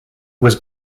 was